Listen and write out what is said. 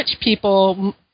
people –